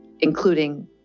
including